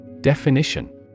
Definition